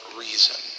reason